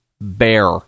bear